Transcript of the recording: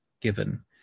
given